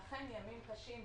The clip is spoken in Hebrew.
אכן ימים קשים,